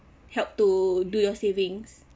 help to do your savings